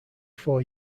four